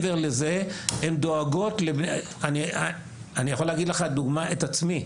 אני יכול לתת לך דוגמה מאצלי,